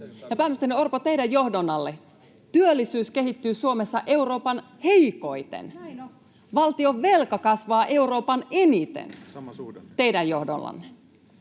Pääministeri Orpo, teidän johdollanne työllisyys kehittyy Suomessa Euroopan heikoiten, ja valtion velka kasvaa Euroopan eniten teidän johdollanne.